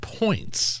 points